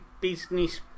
business